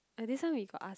and this one we got ask